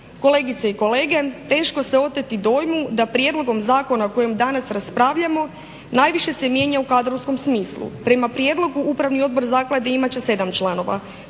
Kolegice i kolege, teško se oteti dojmu da prijedlogom zakona o kojem danas raspravljamo najviše se mijenja u kadrovskom smislu. Prema prijedlogu upravni odbor zaklade imat će 7 članova,